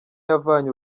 yavanye